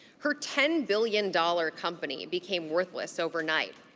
her ten billion dollars company became worthless overnight.